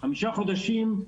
חמישה חודשים,